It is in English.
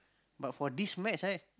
but for this match right